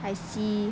I see